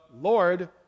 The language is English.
Lord